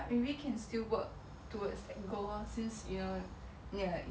you just feel like there's so many limitations that you may not be able to do it properly